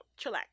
chillax